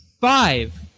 five